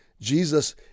Jesus